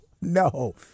No